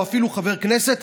או אפילו חבר כנסת,